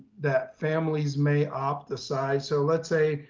that families may opt the size? so let's say,